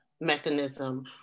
mechanism